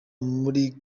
muri